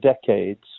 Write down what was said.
decades